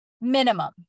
minimum